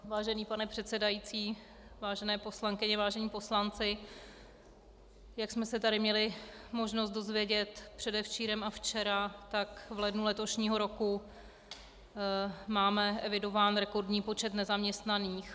Vážený pane předsedající, vážené poslankyně, vážení poslanci, jak jsme se tady měli možnost dozvědět předevčírem a včera, v lednu letošního roku máme evidován rekordní počet nezaměstnaných.